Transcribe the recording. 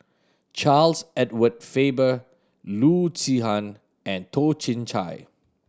Charles Edward Faber Loo Zihan and Toh Chin Chye